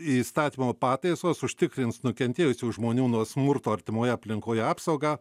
įstatymo pataisos užtikrins nukentėjusių žmonių nuo smurto artimoje aplinkoje apsaugą